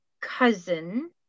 cousin